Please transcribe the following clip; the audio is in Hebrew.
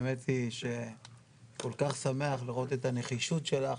האמת היא שכל כך שמח לראות את הנחישות שלך,